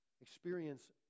experience